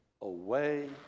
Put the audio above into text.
away